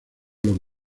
los